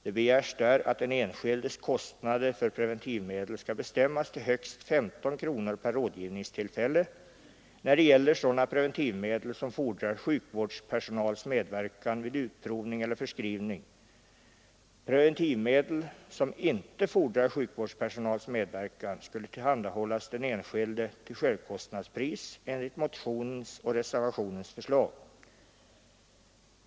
Det begärs där att den enskildes kostnader för preventivmedel skall bestämmas till högst 15 kronor per rådgivningstillfälle, när det gäller sådana preventivmedel som fordrar sjukvårdspersonals medverkan vid utprovning eller förskrivning. Preventivmedel som inte fordrar sjukvårdspersonals medverkan skulle enligt motionens och reservationens förslag tillhandahållas den enskilde till självkostnadspris.